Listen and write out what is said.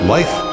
Life